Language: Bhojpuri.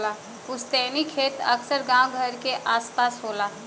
पुस्तैनी खेत अक्सर गांव घर क आस पास होला